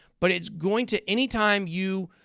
but it's going to anytime you,